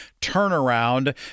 turnaround